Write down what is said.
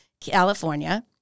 California